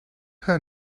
her